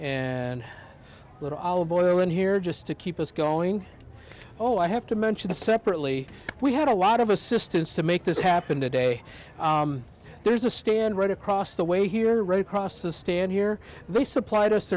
a little olive oil in here just to keep us going oh i have to mention separately we had a lot of assistance to make this happen today there's a stand right across the way here right across the stand here they supplied us